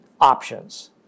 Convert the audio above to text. options